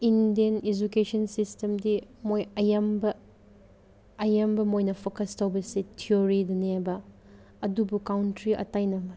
Indian education ꯁꯤꯁꯇꯦꯝꯗꯤ ꯃꯣꯏ ꯑꯌꯥꯝꯕ ꯑꯌꯥꯝꯕ ꯃꯣꯏꯅ ꯐꯣꯀꯁ ꯇꯧꯕꯁꯤ ꯊꯤꯑꯣꯔꯤꯗꯅꯦ ꯍꯥꯏꯕ ꯑꯗꯨꯕꯨ ꯀꯣꯟꯇ꯭ꯔꯤ ꯑꯇꯩꯅ